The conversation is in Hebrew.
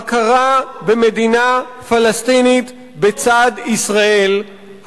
הכרה במדינה פלסטינית בצד ישראל,